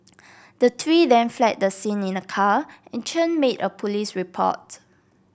the three then fled the scene in a car and Chen made a police report